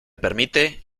permite